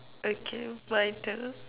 okay my turn